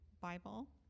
Bible